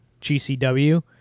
GCW